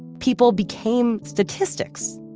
people became statistics.